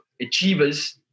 achievers